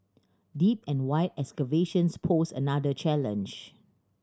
deep and wide excavations posed another challenge